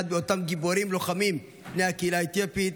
מאותם גיבורים לוחמים מבני הקהילה האתיופית